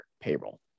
payroll